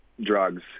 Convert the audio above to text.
drugs